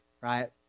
right